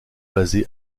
basée